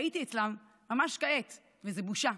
והייתי אצלן ממש כעת, וזו בושה.